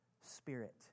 Spirit